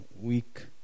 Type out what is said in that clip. week